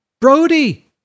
Brody